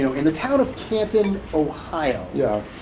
so in the town of canton, ohio. yeah.